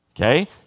okay